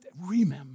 Remember